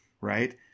right